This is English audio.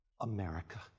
America